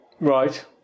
Right